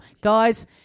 Guys